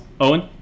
Owen